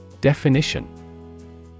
Definition